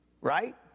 right